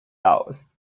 aus